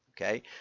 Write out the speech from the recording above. Okay